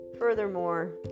Furthermore